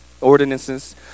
ordinances